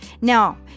Now